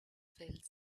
fills